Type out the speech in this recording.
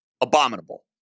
abominable